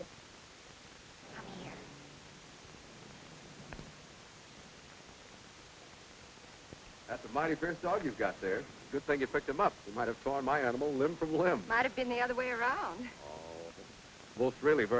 from